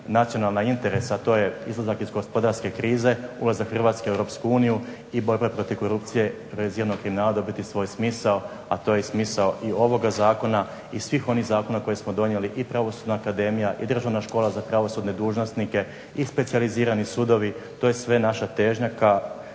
nacionalna interesa, to je izlazak iz gospodarske krize, ulazak Hrvatske u Europsku uniju i borba protiv korupcije bez ijednog kriminala dobiti svoj smisao, a to je i smisao i ovoga zakona i svih onih zakona koje smo donijeli i Pravosudna akademija, i Državna škola za pravosudne dužnosnike, i specijalizirani sudovi, to je sve naša težnja ka